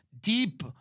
deep